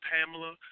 Pamela